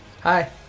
Hi